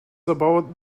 about